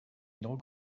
know